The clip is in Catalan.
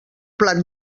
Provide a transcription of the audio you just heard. plat